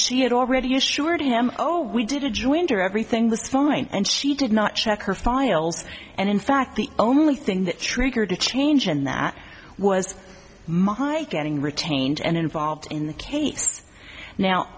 she had already assured him oh we did a jointer everything was fine and she did not check her files and in fact the only thing that triggered a change in that was my getting retained and involved in the case now